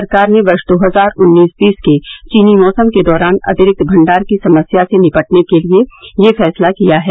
सरकार ने वर्ष दो हजार उन्नीस बीस के चीनी मैसम के दौरान अतिरिक्त भंडार की समस्या से निपटने के लिए यह फैसला किया है